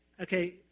Okay